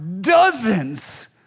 dozens